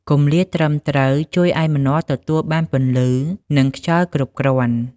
គម្លាតត្រឹមត្រូវជួយឲ្យម្នាស់ទទួលបានពន្លឺ និងខ្យល់គ្រប់គ្រាន់។